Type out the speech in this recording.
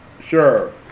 Sure